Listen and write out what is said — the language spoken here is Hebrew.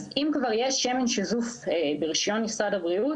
אם כבר יש שמן שיזוף ברישיון משרד הבריאות